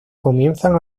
comienzan